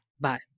bye